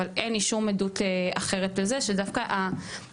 אבל אין לי שום עדות אחרת לזה שדווקא המפגינים